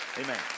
Amen